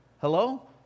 hello